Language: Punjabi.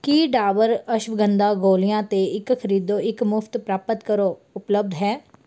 ਕੀ ਡਾਬਰ ਅਸ਼ਵਗੰਧਾ ਗੋਲੀਆਂ 'ਤੇ ਇੱਕ ਖਰੀਦੋ ਇੱਕ ਮੁਫਤ ਪ੍ਰਾਪਤ ਕਰੋ ਉਪਲੱਬਧ ਹੈ